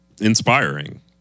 inspiring